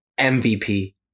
MVP